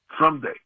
Someday